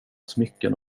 smycken